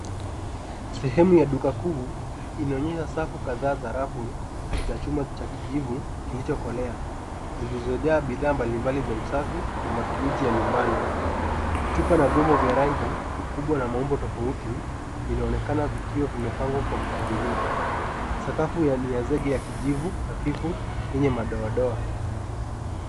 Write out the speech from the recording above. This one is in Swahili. Sehemu ya duka kuu inaonyesha safu kadhaa za rafu za chuma cha kijivu kilicho kolea zilizojaa bidhaa mbalimbali za usafi na matumizi ya nyumbani. Chupa na vyombo vya rangi, ukubwa na maumbo tofauti vinaonekana vikiwa vimepangwa kwa mpangilio. Sakafu ni ya zege ya kijivu hafifu yenye madoadoa.